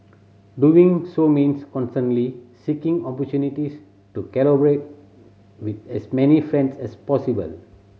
doing so means constantly seeking opportunities to collaborate with as many friends as possible